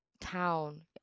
town